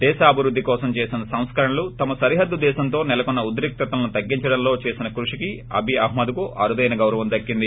దేశాభివృద్ధి కోసం చేసిన సంస్కరణలు తమ సరిహద్గు దేశంతో నెలకొన్న ఉద్రక్తతలను తగ్గించడంలో చేసిన కృషికి అబిఅహ్మద్కు అరుదైన గౌరవం దక్కింది